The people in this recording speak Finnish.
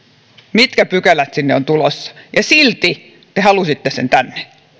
mitkä pykälät sinne on tulossa ja silti te halusitte sen tänne